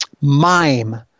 mime